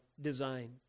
design